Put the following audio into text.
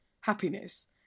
happiness